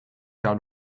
down